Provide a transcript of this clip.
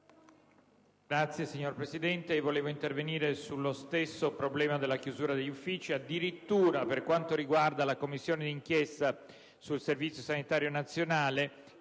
*(PD)*. Signor Presidente, volevo intervenire sullo stesso problema della chiusura degli uffici. Addirittura, per quanto riguarda la Commissione d'inchiesta sul Servizio sanitario nazionale,